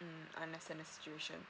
mm I understand the situation